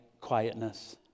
quietness